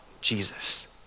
Jesus